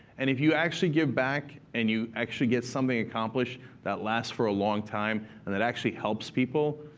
and if you actually give back, and you actually get something accomplished that lasts for a long time and that actually helps people,